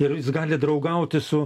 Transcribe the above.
ir jis gali draugauti su